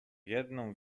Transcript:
jedną